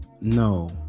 No